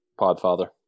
Podfather